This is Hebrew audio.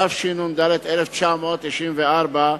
התשנ"ד 1994,